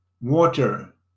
water